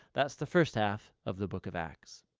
that's the first half of the book of acts.